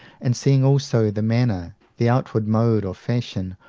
and seeing also the manner, the outward mode or fashion,